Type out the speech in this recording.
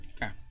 Okay